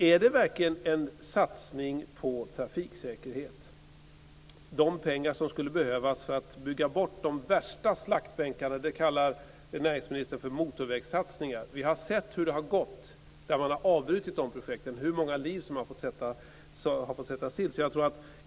Är detta verkligen en satsning på trafiksäkerhet? De pengar som skulle användas för att bygga bort de värsta slaktbänkarna kallar näringsministern för motorvägssatsningar. Vi har sett hur det har gått där man har avbrutit dessa projekt, hur många liv som har fått sättas till.